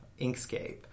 Inkscape